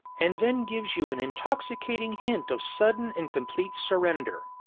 and then gives you an intoxicating hint of sudden and complete surrender.